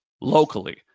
locally